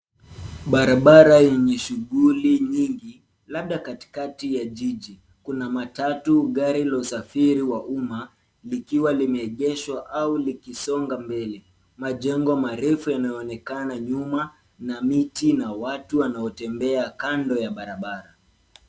Barabara yenye shughuli nyingi labda katikati ya jiji. Kuna matatu, gari la usafiri wa umma likiwa limeegeshwa au likisonga mbele. Majengo marefu yanaonekana nyuma na miti na watu wanaotembea kando ya barabara.